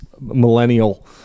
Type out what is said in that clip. millennial